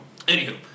Anywho